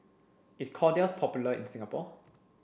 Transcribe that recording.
is Kordel's popular in Singapore